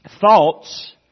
thoughts